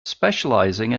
specialising